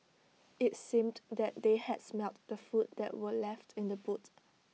IT seemed that they had smelt the food that were left in the boot